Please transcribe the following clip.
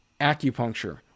acupuncture